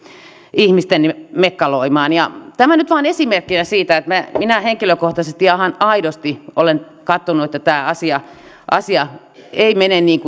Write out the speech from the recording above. mekkaloimaan tämä nyt vain esimerkkinä siitä että minä henkilökohtaisesti ihan aidosti olen katsonut että tämä asia asia ei mene niin